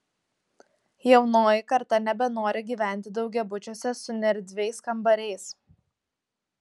jaunoji karta nebenori gyventi daugiabučiuose su neerdviais kambariais